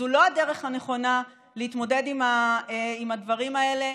זו לא הדרך הנכונה להתמודד עם הדברים האלה.